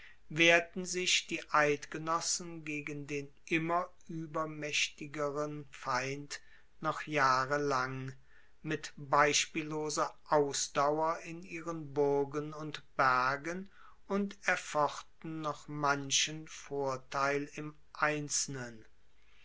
wehrten sich die eidgenossen gegen den immer uebermaechtigeren feind noch jahrelang mit beispielloser ausdauer in ihren burgen und bergen und erfochten noch manchen vorteil im einzelnen